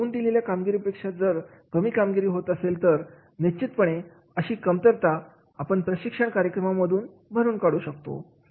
आणि ठरवून दिलेल्या कामगिरीपेक्षा जर कमी कामगिरी होत असेल तर निश्चितपणे अशी कमतरता आपण प्रशिक्षण कार्यक्रमांमधून भरून काढू शकतो